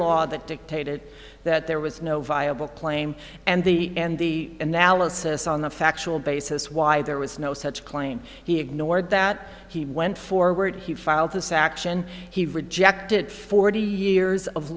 law that dictated that there was no viable claim and the and the analysis on the factual basis why there was no such claim he ignored that he went forward he filed this action he rejected forty years of